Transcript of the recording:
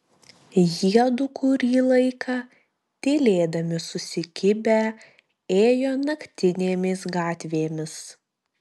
jiedu kurį laiką tylėdami susikibę ėjo naktinėmis gatvėmis